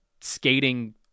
skating